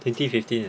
twenty fifteen